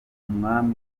umwami